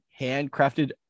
handcrafted